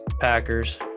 packers